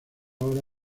hora